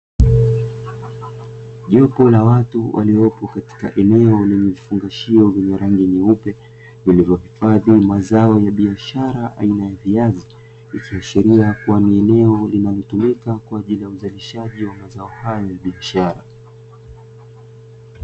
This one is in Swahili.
Jopo la watu waliopo katika eneo lenye vifungashio vya rangi nyeupe, vilivyohifadhi madhao ya biashara aina ya viazi, ikiashiria kuwa ni eneo linalotumika kwa ajili ya uzalishaji wa mazao hayo ya biashara.